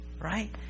right